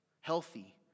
healthy